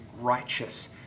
righteous